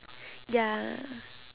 ya